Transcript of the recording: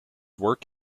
work